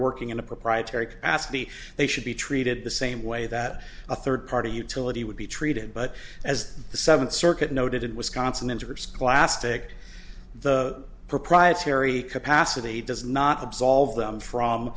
working in a proprietary capacity they should be treated the same way that a third party utility would be treated but as the seventh circuit noted wisconsin interscholastic the proprietary capacity does not absolve them from